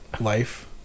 life